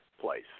place